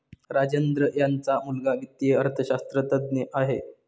राजेंद्र यांचा मुलगा वित्तीय अर्थशास्त्रज्ञ आहे